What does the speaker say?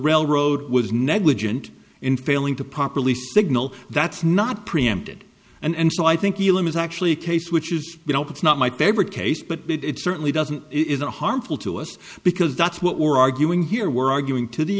railroad was negligent in failing to properly signal that's not preempted and so i think it's actually a case which is you know it's not my favorite case but it certainly doesn't it isn't harmful to us because that's what we're arguing here we're arguing to the